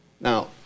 Now